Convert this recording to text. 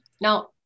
Now